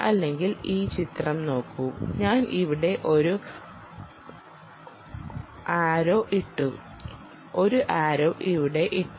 അല്ലെങ്കിൽ ഈ ചിത്രം നോക്കൂ ഞാൻ ഇവിടെ ഒരു ആരോ ഇട്ടു ഒരു ആരോ ഇവിടെ ഇട്ടു